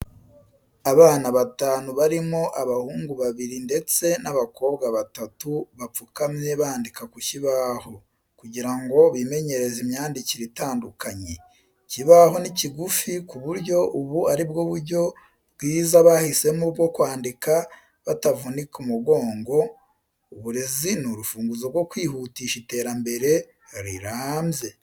Abana batanu barimo abahungu babiri ndetse n'abakobwa batatu bapfukamye bandika ku kibaho, kugira ngo bimenyereze imyandikire itandukanye. Ikibaho ni kigufi ku buryo ubu ari bwo buryo bwiza bahisemo bwo kwandika batavunika umugongo. Uburezi ni urufunguzo rwo kwihutisha iterambere rirambye.